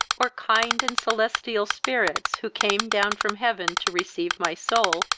or kind and celestial spirits, who came down from heaven to receive my soul,